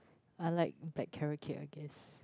I like black carrot cake I guess